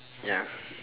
ya